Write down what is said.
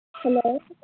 hello